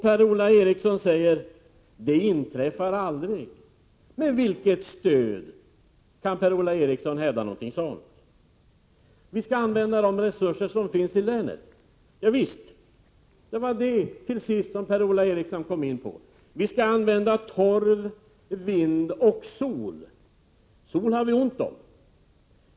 Per-Ola Eriksson säger som sagt att det som jag målar upp aldrig kommer att bli verklighet. Vad har Per-Ola Eriksson för stöd för att hävda detta? Han säger vidare att vi skall använda de resurser som finns i länet. Ja, visst. Det är bara det, som Per-Ola Eriksson till sist kom in på, att vi skall använda torv, vind och sol. Sol har vi ont om.